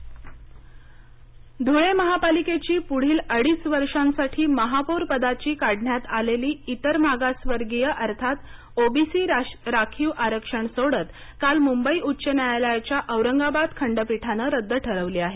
धुळे महापूर आरक्षण सोडत रद्द धुळे महापालिकेची पुढील अडीच वर्षांसाठी महापौर पदाची काढण्यात आलेलीइतर मागास वर्गीय अर्थात ओबीसी राखीव आरक्षण सोडत काल मुंबई उच्च न्यायालयाच्या औरंगाबाद खंडपीठानं रद्द ठरवली आहे